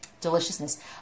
Deliciousness